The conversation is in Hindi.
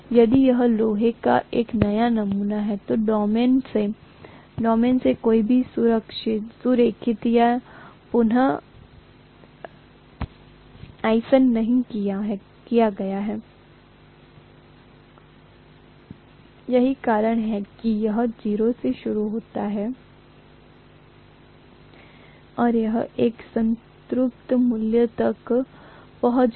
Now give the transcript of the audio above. यदि यह लोहे का एक नया नमूना है तो डोमेन में से कोई भी संरेखित या पुन असाइन नहीं किया गया है यही कारण है कि यह 0 से शुरू हुआ और यह एक संतृप्त मूल्य तक पहुंच गया